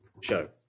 Show